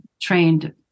trained